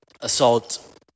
assault